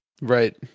Right